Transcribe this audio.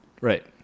Right